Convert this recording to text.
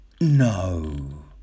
no